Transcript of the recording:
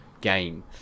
game